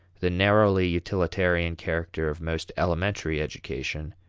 the narrowly utilitarian character of most elementary education,